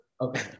Okay